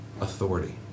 authority